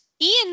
Ian